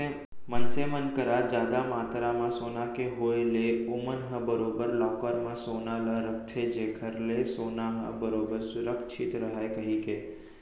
मनसे मन करा जादा मातरा म सोना के होय ले ओमन ह बरोबर लॉकर म सोना ल रखथे जेखर ले सोना ह बरोबर सुरक्छित रहय कहिके